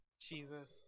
Jesus